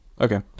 Okay